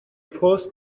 پست